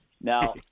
Now